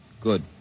Good